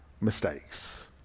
mistakes